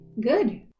Good